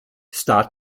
star